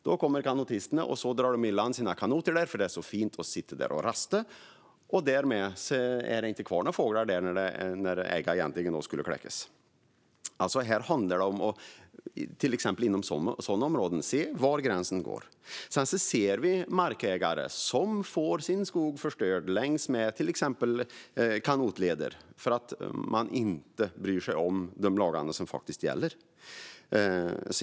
Då kommer kanotisterna och drar i land sina kanoter där, för det är så fint att sitta där och rasta. Därmed finns det inte kvar några fåglar där när äggen egentligen ska kläckas. Här handlar det alltså om att se var gränsen går, till exempel inom sådana områden. Sedan finns det markägare som får sin skog förstörd längs med till exempel kanotleder för att man inte bryr sig om de lagar som gäller.